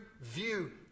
view